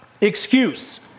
excuse